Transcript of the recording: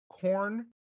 corn